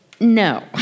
No